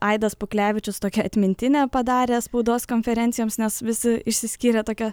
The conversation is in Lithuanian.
aidas puklevičius tokią atmintinę padarė spaudos konferencijoms nes visi išsiskyrė tokią